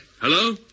Hello